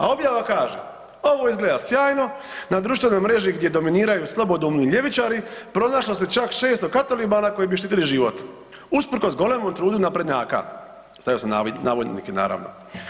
A objava kaže „Ovo izgleda sjajno, na društvenoj mreži gdje dominiraju slobodoumni ljevičari pronašlo se čak 600 katolibana koji bi štitili život, usprkos golemom trudu naprednjaka“, stavio sam navodnike naravno.